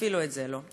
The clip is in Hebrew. אפילו את זה לא.